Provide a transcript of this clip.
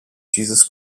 jesus